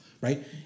Right